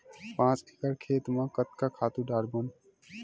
पांच एकड़ खेत म कतका खातु डारबोन?